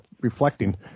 reflecting –